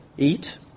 eat